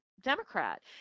democrat